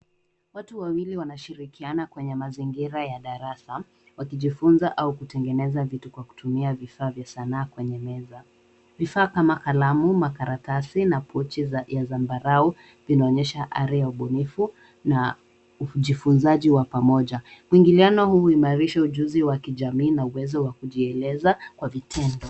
Watu wawili wanashirikiana kwenye mazingira ya darasa, wakijifunza au kutengeneza vitu kwa kutumia vifaa vya sanaa kwenye meza. Vifaa kama kalamu, makaratasi na pochi ya zambarau vinaonyesha ari ya ubunifu na ujifunzaji wa pamoja . Mwingiliano huu huimarisha ujuzi wa jamii na uwezo wa kujieleza kwa vitendo.